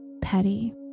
petty